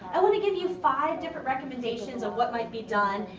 i wanna give you five different recommendations of what might be done.